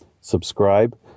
subscribe